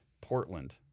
Portland